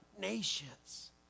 nations